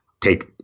take